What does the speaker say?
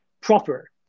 proper